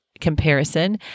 comparison